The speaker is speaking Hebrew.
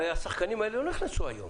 הרי השחקנים האלה לא נכנסו היום.